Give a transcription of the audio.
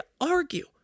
argue